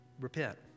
repent